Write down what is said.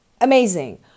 amazing